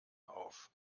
auf